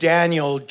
Daniel